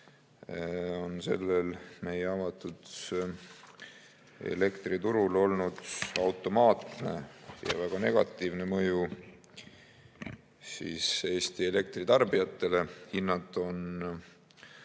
on sellel meie avatud elektriturule olnud automaatne ja väga negatiivne mõju. Eesti elektritarbijatele on hinnad